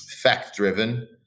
fact-driven